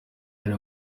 ari